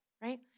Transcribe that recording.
right